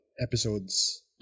episodes